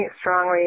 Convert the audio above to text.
strongly